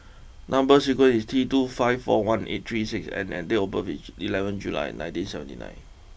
number sequence is T two five four one eight three six N and date of birth is eleven July nineteen seventy nine